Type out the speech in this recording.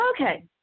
Okay